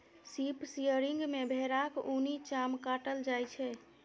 sheep shearing मे भेराक उनी चाम काटल जाइ छै